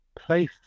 place